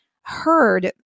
heard